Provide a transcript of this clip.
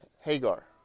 Hagar